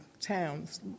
towns